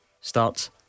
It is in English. starts